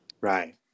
Right